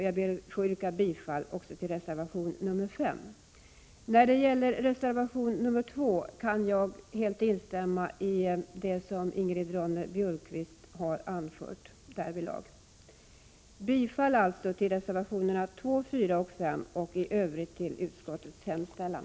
Jag ber att få yrka bifall till reservation 5. När det gäller reservation 2 kan jag helt instämma i det som Ingrid Ronne-Björkqvist har anfört därvidlag. Jag yrkar således bifall till reservationerna 2, 4 och 5 samt i övrigt bifall till utskottets hemställan.